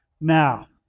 Now